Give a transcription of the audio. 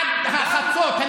עד חצות.